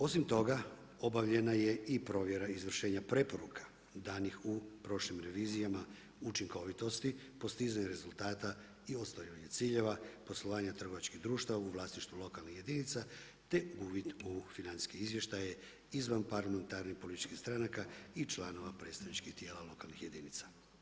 Osim toga, obavljena je i provjera izvršenja preporuka danih u prošlim revizijama učinkovitosti, postizanje rezultata i ostvarivanje ciljeva poslovanja trgovačkih društava u vlasništvu lokalnih jedinica te uvid u financijske izvještaje izvan parlamentarnih političkih stanaka i članova predstavničkih tijela lokalnih jedinica.